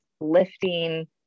lifting